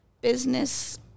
business